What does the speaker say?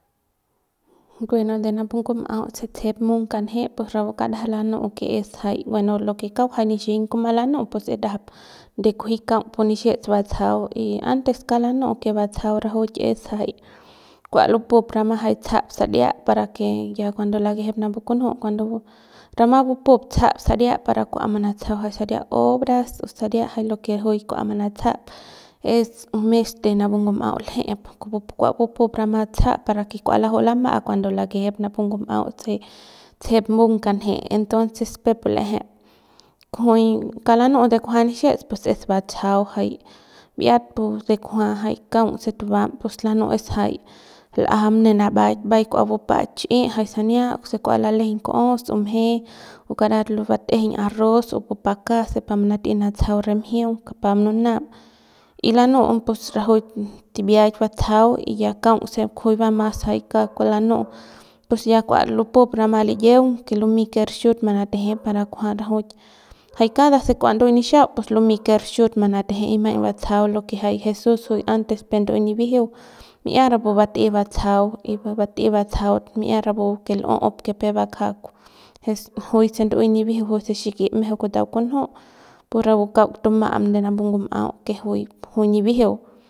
Bueno de napu ngum'au se tsejep mung kanje pus rapu kauk ndajap lanu'u que es jay bueno lo que kauk jay nixiñ kuma lanu'u pus es ndajap de kunji kaung pu nixiets batsajau y antes kauk lanu'u que batsajau rajuik es jay kua lupup rama jay tsajap saria para que ya cuando lakejep napu kunju cuando rama bupup tsajap saria para kua manatsajau jay saria obras o saria jay lo que juy kua manatsajap es mes de napu ngum'au lje'ep kupupu kua lupup rama tsajap para kua laju'u lama'a cuando lakejep napu ngum'au se tsejep mung kanje entonces peuk pu l'eje kujuy kauk lanu'u de kunja nixiets pus es batsajau jay bi'iat pu de kunja y kaung se tubam pus lanu'u es jay l'ajam ne naba'aik mbaik kua bupaik chi'i jay sania o kua lalejeiñ kuos o mje pa mununam y lanu'u pus rajuik tibiaik batsajau y ya kaung se kujuy va mas kauk lanu'u pus ya kua lupup rama liyiung que lumey quer xuit manateje para kujua rajuik jay kada se kua ndu'uey nixiau pus lumey ker xiut manateje y maiñ batsajau lo que jay jesús antes juy peuk ndu'uey nibijiu mi'ia rapu bat'ey batsjau bat'ey batsajau mi'ia rapu ke l'on ke pebakja jois xint'ui juy se xiki mejeu kutau kunju pu rapu kaung tuma'am de rapu ngum'au que juy nibijiu.